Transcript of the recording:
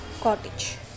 cottage